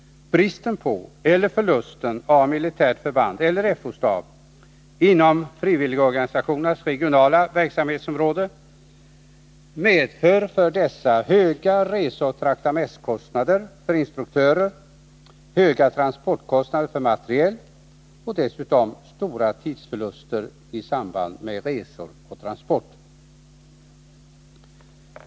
Bristen på eller förlusten av militärt förband eller fo-stab inom frivilligorganisationernas regionala verksamhetsområde medför att dessa får höga reseoch traktamentskostnader för instruktörer, höga transportkostnader för materiel och dessutom stora tidsförluster i samband med resor och transporter.